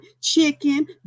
chicken